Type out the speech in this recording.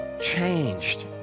changed